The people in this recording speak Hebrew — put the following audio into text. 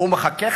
הוא מחכה.